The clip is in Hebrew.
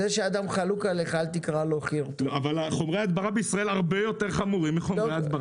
אל תקרא חרטוט לאדם שחלוק עליך.